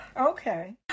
Okay